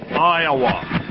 Iowa